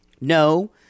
No